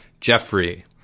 Jeffrey